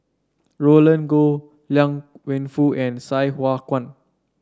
Roland Goh Liang Wenfu and Sai Hua Kuan